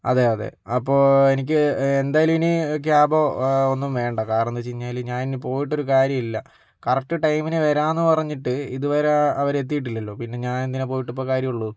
അതെ അതെ അപ്പോൾ എനിക്ക് എന്തായാലും ഇനി ക്യാബ് ഒന്നും വേണ്ട കാരണം എന്താന്ന് വച്ച് കഴിഞ്ഞാല് ഞാൻ പോയിട്ട് ഒരു കാര്യമില്ല കറക്റ്റ് ടൈമിന് വരാമെന്ന് പറഞ്ഞിട്ട് ഇതുവരെ അവര് എത്തീട്ടില്ലല്ലോ പിന്നെ ഞാനെന്തിനാ പോയിട്ടിപ്പ കാര്യോള്ളു